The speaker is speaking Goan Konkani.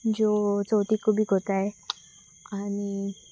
ज्यो चवथीकय बी करतात आनी